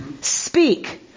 Speak